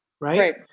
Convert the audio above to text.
Right